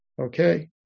Okay